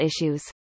issues